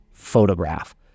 photograph